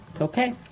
Okay